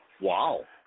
Wow